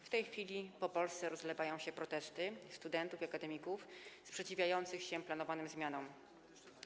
W tej chwili po Polsce rozlewają się protesty studentów i akademików sprzeciwiających się planowanym zmianom.